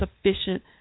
sufficient